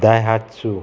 दाय हात सू